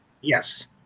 Yes